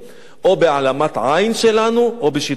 או בהעלמת עין שלנו או בשיתוף פעולה.